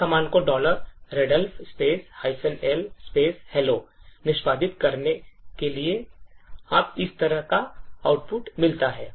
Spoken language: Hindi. इस कमांड को readelf L hello निष्पादित करने पर आपको इस तरह का आउटपुट मिलता है